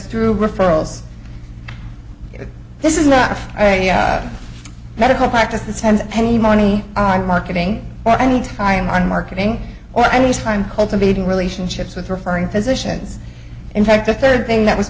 through referrals this is not a medical practice to spend any money on marketing or any time on marketing or any time cultivating relationships with referring physicians in fact a third thing that was